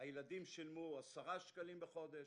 הילדים שילמו 10 שקלים בחודש,